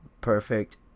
Perfect